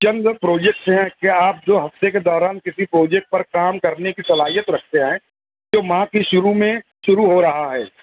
چند پروجیکٹ ہیں کیا آپ دو ہفتے کے دوران کسی پروجیکٹ پر کام کرنے کی صلاحیت رکھتے ہیں جو ماہ کے شروع میں شروع ہو رہا ہے